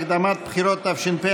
ששומעים את ראש הממשלה שלהם מסית באופן